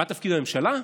מה תפקיד הממשלה?